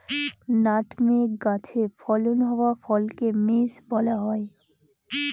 nutmeg গাছে ফলন হওয়া ফলকে মেস বলা হয়